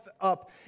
Up